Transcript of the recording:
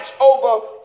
over